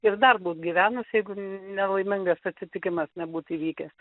ir dar būt gyvenus jeigu nelaimingas atsitikimas nebūtų įvykęs